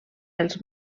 els